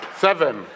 Seven